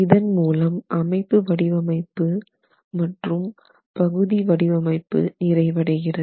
இதன் மூலம் அமைப்பு வடிவமைப்பு மற்றும் பகுதி வடிவமைப்பு நிறைவடைகிறது